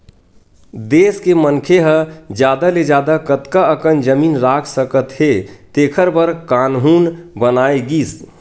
देस के मनखे ह जादा ले जादा कतना अकन जमीन राख सकत हे तेखर बर कान्हून बनाए गिस